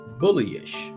bullyish